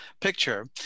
picture